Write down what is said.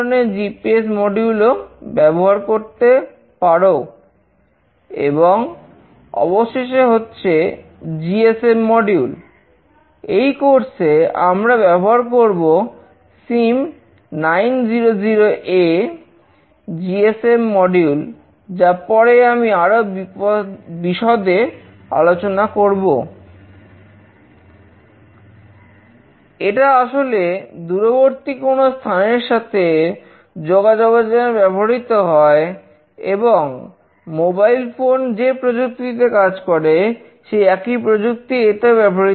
GPS module ও ব্যবহার করতে পারো এবং অবশেষে হচ্ছে জিএসএম মডিউলযে প্রযুক্তিতে কাজ করে সেই একই প্রযুক্তি এতেও ব্যবহৃত হয়